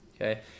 Okay